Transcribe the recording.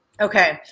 Okay